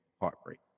heartbreak